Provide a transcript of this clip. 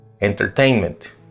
Entertainment